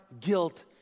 guilt